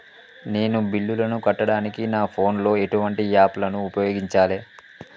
నేను బిల్లులను కట్టడానికి నా ఫోన్ లో ఎటువంటి యాప్ లను ఉపయోగించాలే?